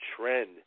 trend